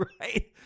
right